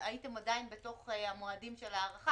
הייתם עדיין בתוך המועדים של ההארכה.